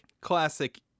classic